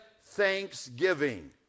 thanksgiving